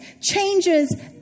changes